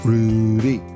Rudy